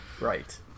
right